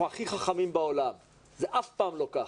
הכי חכמים בעולם אבל אף פעם זה לא כך.